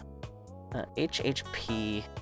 HHP